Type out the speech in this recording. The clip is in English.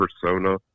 persona